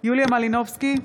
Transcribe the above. יוליה מלינובסקי,